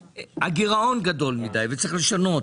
והגירעון גדול מידיי וצריך לשנות.